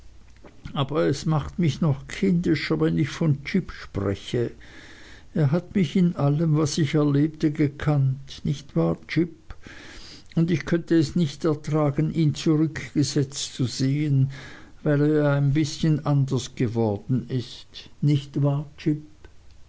aber es macht mich noch kindischer wenn ich von jip spreche er hat mich in allem was ich erlebte gekannt nicht wahr jip und ich könnte es nicht ertragen ihn zurückgesetzt zu sehen weil er ein bißchen anders geworden ist nicht wahr